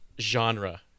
genre